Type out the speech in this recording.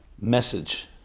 message